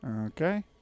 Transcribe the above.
Okay